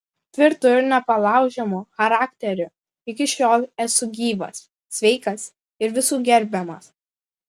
tvirtu ir nepalaužiamu charakteriu iki šiol esu gyvas sveikas ir visų gerbiamas